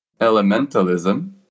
elementalism